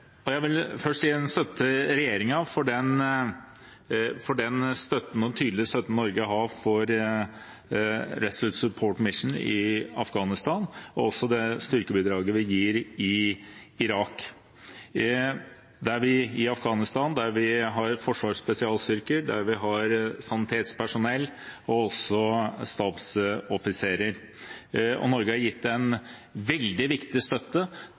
Jeg vil støtte regjeringen i den tydelige støtten Norge gir gjennom Resolute Support Mission i Afghanistan, og også det styrkebidraget vi gir i Irak. I Afghanistan, der vi har Forsvarets spesialstyrker, der vi har sanitetspersonell og også stabsoffiserer, har Norge også over lengre tid gitt en veldig viktig støtte